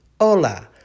Hola